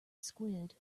squid